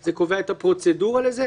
זה קובע את הפרוצדורה לזה,